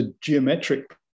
geometric